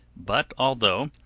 but although,